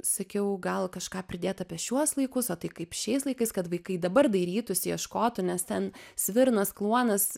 sakiau gal kažką pridėt apie šiuos laikus a tai kaip šiais laikais kad vaikai dabar dairytųsi ieškotų nes ten svirnas kluonas